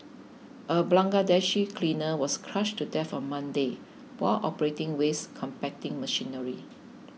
a Bangladeshi cleaner was crushed to death on Monday while operating waste compacting machinery